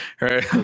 right